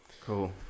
cool